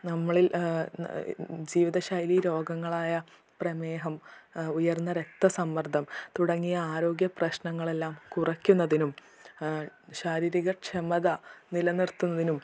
നമ്മളിൽ ജീവിത ശൈലി രോഗങ്ങളായ പ്രമേഹം ഉയർന്ന രക്ത സമ്മർദം തുടങ്ങിയ ആരോഗ്യ പ്രശ്നങ്ങളെല്ലാം കുറയ്ക്കുന്നതിനും ശാരീരിക ക്ഷമത നിലനിർത്തുന്നതിനും